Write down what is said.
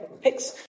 Picks